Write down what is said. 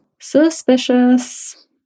suspicious